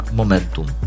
momentum